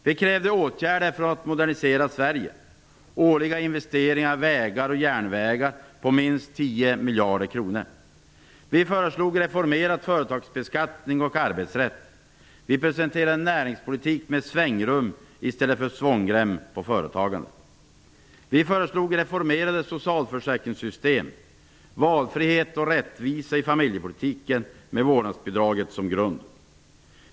Vi krävde åtgärder för att modernisera Sverige -- årliga investeringar i vägar och järnvägar på minst Vi föreslog reformerad företagsbeskattning och arbetsrätt. Vi presenterade en näringspolitik med svängrum i stället för svångrem för företagen. Vi föreslog reformerade socialförsäkringssystem, valfrihet och rättvisa i familjepolitiken med vårdnadsbidraget som grund.